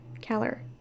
Keller